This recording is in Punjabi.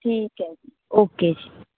ਠੀਕ ਐ ਜੀ ਓਕੇ ਜੀ